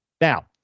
Now